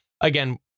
again